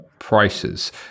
Prices